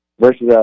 versus